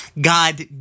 God